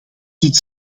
dit